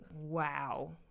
wow